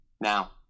now